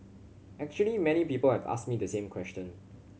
actually many people have asked me the same question